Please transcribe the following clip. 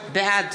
בעד